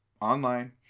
online